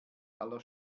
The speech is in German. aller